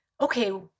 okay